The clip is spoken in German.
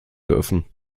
dürfen